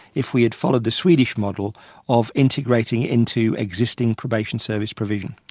if we had followed the swedish model of integrating it into existing probation service provision.